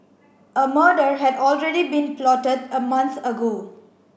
a murder had already been plotted a month ago